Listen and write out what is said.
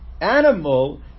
animal